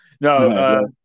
No